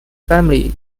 family